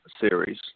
series